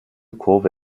kurve